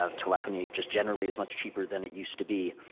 ah telephony just generally is much cheaper than it used to be,